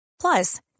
Plus